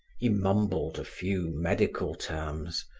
he mumbled a few medical terms,